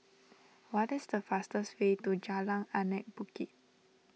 what is the fastest way to Jalan Anak Bukit